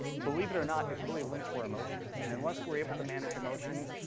believe it or not, is really linked to our emotions. and unless we're able to manage emotions,